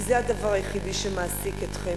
כי זה הדבר היחידי שמעסיק אתכם.